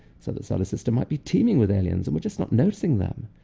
so the solar system might be teeming with aliens, and we're just not noticing them.